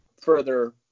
further